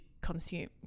consume